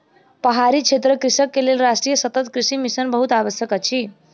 पहाड़ी क्षेत्रक कृषक के लेल राष्ट्रीय सतत कृषि मिशन बहुत आवश्यक अछि